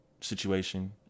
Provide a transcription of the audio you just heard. situation